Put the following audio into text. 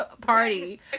party